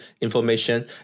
information